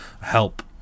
help